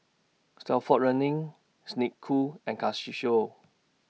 Stalford Learning Snek Ku and Casio